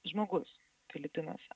žmogus filipinuose